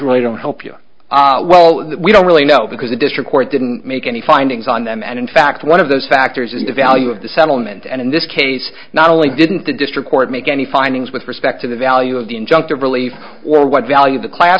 really don't help you well we don't really know because the district court didn't make any findings on them and in fact one of those factors in the value of the settlement and in this case not only didn't the district court make any findings with respect to the value of the injunctive relief or what value the class